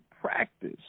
practice